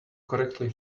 correctly